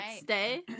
stay